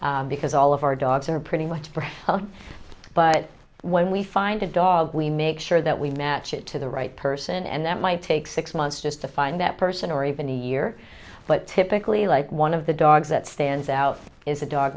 brown because all of our dogs are pretty much for help but when we find a dog we make sure that we match it to the right person and that might take six months just to find that person or even a year but typically like one of the dogs that stands out is a dog